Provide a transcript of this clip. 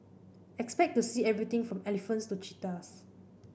expect to see everything from elephants to cheetahs